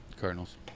Cardinals